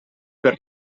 per